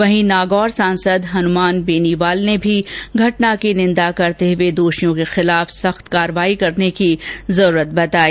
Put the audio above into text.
वहीं नागौर सांसद हनुमान बेनिवाल ने भी घटना की निंदा करते हुए दोषियों के खिलाफ सख्त काठ्रवाही किये जाने की जरूरत बताई